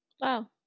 Wow